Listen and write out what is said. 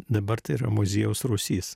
dabar tai yra muziejaus rūsys